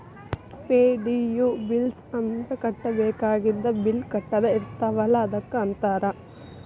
ಪೆ.ಡಿ.ಯು bills ಅಂದ್ರ ಕಟ್ಟಬೇಕಾಗಿದ್ದ bill ಕಟ್ಟದ ಇರ್ತಾವಲ ಅದಕ್ಕ ಅಂತಾರ